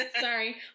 Sorry